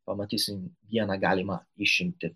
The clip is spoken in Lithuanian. pamatysim vieną galimą išimtį